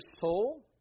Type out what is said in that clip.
soul